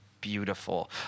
beautiful